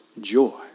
joy